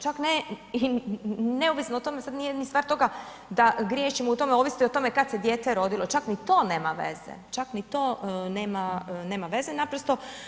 Čak ne i neovisno o tome sad nije ni stvar toga da griješim u tome ovisi o tome kad se dijete rodilo, čak ni to nema veze, čak ni to nema veze naprosto.